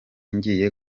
ngiye